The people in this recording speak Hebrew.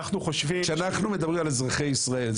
כשאנחנו מדברים על אזרחי ישראל,